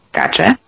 Gotcha